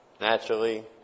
naturally